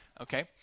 Okay